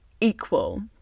equal